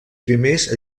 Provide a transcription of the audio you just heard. primers